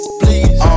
please